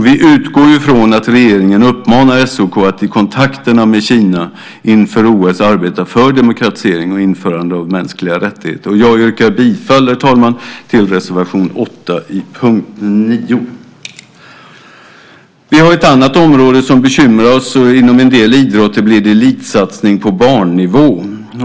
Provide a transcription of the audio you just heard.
Vi utgår från att regeringen uppmanar SOK att i kontakterna med Kina inför OS arbeta för en demokratisering och för införandet av mänskliga rättigheter. Jag yrkar, herr talman, bifall till reservation 8 under punkt 9. Det finns också ett annat område som bekymrar oss, och det är att det inom en del idrotter blir elitsatsning på barnnivå.